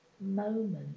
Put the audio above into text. moment